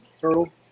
turtle